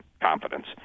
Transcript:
confidence